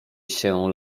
się